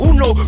Uno